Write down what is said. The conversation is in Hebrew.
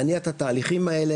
להניע את התהליכים האלה,